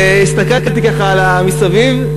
והסתכלתי ככה מסביב,